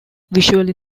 visually